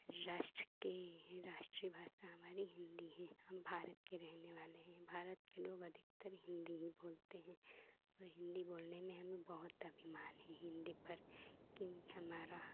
राष्ट्र के राष्ट्रीय भाषा हमारी हिन्दी ही है हम भारत के रहनेवाले हैं भारत के लोग अधिकतर हिन्दी ही बोलते हैं और हिन्दी बोलने में हमें बहुत अभिमान है हिन्दी पर लेकिन हमारा